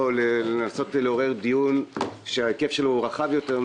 ולנסות לעורר דיון שההיקף שלו רחב יותר.